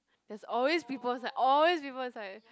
there's always people inside always people inside